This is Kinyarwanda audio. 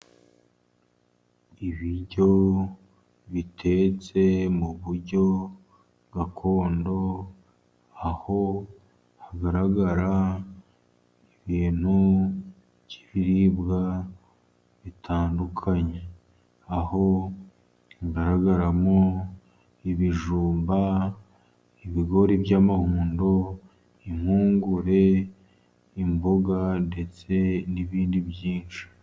Ibiryo bitetse mu buryo gakondo, aho hagaragara ibintu by'ibiribwa bitandukanye. Aho igaragaramo ibijumba, ibigori by'amahundo, impungure, imboga, ndetse n'ibindi byinshi.